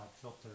filter